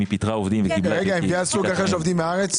היא גייסה סוג אחר של עובדים בארץ?